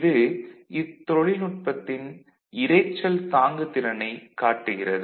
இது இத்தொழில்நுட்பத்தின் இரைச்சல் தாங்குதிறனைக் காட்டுகிறது